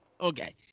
okay